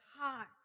heart